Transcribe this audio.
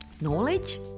knowledge